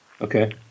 Okay